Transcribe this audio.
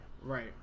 Right